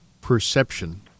perception